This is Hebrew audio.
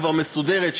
כבר מסודרת,